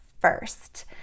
first